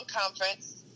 conference